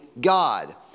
God